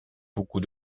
beaucoup